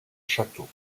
château